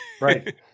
Right